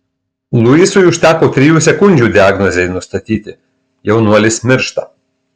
luisui užteko trijų sekundžių diagnozei nustatyti jaunuolis miršta